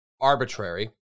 arbitrary